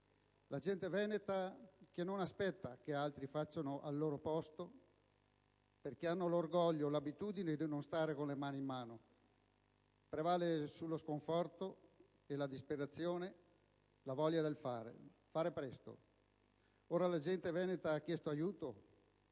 La gente veneta non aspetta che altri facciano al loro posto, perché hanno l'orgoglio e l'abitudine di non stare con le mani in mano; prevale sullo sconforto e la disperazione la voglia del fare e fare presto. Ora la gente veneta ha chiesto aiuto.